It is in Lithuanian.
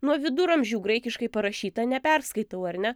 nuo viduramžių graikiškai parašyta neperskaitau ar ne